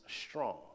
strong